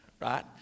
Right